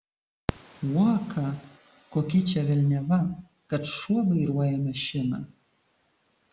uoką kokia čia velniava kad šuo vairuoja mašiną